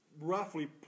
roughly